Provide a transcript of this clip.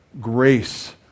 grace